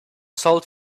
sold